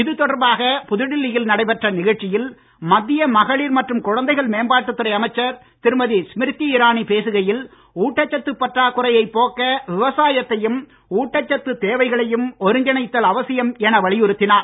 இது தொடர்பாக புதுடில்லியில் நடைபெற்ற நிகழ்ச்சியில் மத்திய மகளிர் மற்றும் குழந்தைகள் மேம்பாட்டுத் துறை அமைச்சர் திருமதி ஸ்மிருதி இரானி பேசுகையில் ஊட்டச்சத்து பற்றாக்குறையைப் போக்க விவசாயத்தையும் ஊட்டச்சத்து தேவைகளையும் ஒருங்கிணைத்தல் அவசியம் என வலியுறுத்தினார்